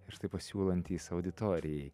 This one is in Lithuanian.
ir štai pasiūlantys auditorijai